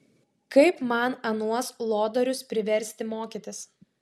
kaip man anuos lodorius priversti mokytis